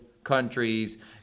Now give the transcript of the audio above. countries